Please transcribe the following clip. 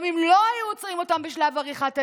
גם אם לא היו עוצרים אותם בשלב עריכת הדין,